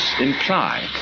imply